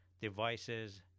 devices